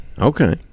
okay